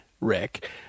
Rick